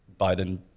Biden